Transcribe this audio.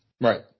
Right